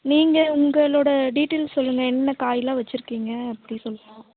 நீங்கள் உங்களோடய டீடெயில்ஸ் சொல்லுங்கள் என்னென்ன காய் எல்லாம் வச்சிருக்கீங்க அப்படி சொல்லலாம்